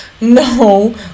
No